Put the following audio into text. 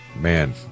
Man